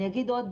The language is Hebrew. אגיד עוד,